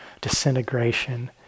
disintegration